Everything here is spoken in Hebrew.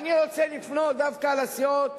אני רוצה לפנות דווקא לסיעות